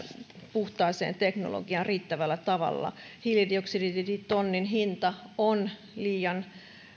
puhtaaseen teknologiaan riittävällä tavalla hiilidioksiditonnin hinta on liian